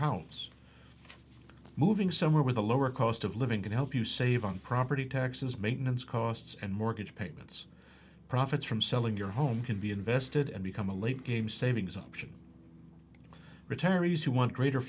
house moving somewhere with a lower cost of living can help you save on property taxes maintenance costs and mortgage payments profits from selling your home can be invested and become a late game savings option retirees who want greater